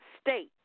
state